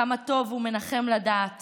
כמה טוב ומנחם לדעת